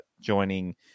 joining